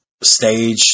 stage